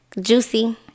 Juicy